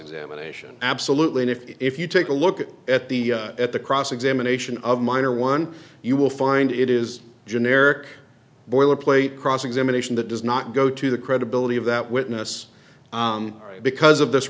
examination absolutely nifty if you take a look at the at the cross examination of minor one you will find it is generic boilerplate cross examination that does not go to the credibility of that witness because of this